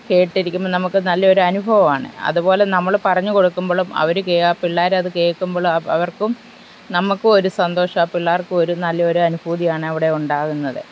കേട്ടിരിക്കുമ്പം നമുക്ക് നല്ലൊരനുഭവമാണ് അതുപോലെ നമ്മൾ പറഞ്ഞു കൊടുക്കുമ്പോഴും അവർ ആ പിള്ളേരത് കേൽക്കുമ്പോഴും അവർക്കും നമ്മൾക്കും ഒരു സന്തോഷം ആ പിള്ളേർക്ക് ഒരു നല്ലൊരു അനുഭൂതിയാണ് അവിടെ ഉണ്ടാകുന്നത്